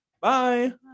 Bye